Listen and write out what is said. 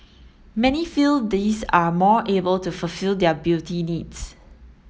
many feel these are more able to fulfil their beauty needs